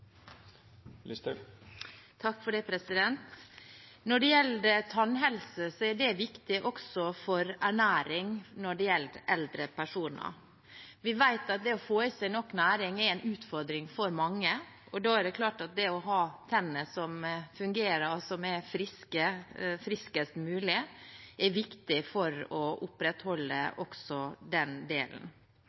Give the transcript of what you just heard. ernæring for eldre personer. Vi vet at det å få i seg nok næring er en utfordring for mange, og da er det klart at det å ha tenner som fungerer, og som er friskest mulig, er viktig for å opprettholde også den delen.